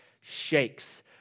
shakes